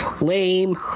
lame